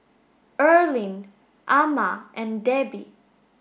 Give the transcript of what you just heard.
Erling Ama and Debbi